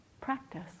practice